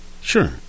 Sure